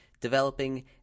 developing